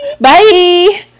Bye